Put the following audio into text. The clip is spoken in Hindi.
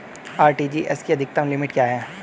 आर.टी.जी.एस की अधिकतम लिमिट क्या है?